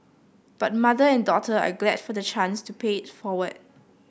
but mother and daughter are glad for the chance to pay it forward